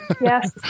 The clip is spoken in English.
Yes